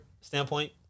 Standpoint